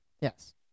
Yes